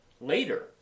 later